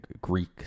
greek